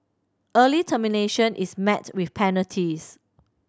early termination is met with penalties